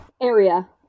area